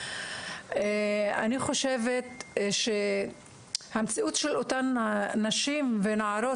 אני חושבת שהמציאות של אותן הנשים והנערות